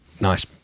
Nice